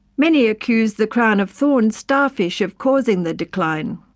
many accuse the crown of thorns starfish of causing the decline.